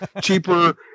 cheaper